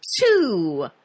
two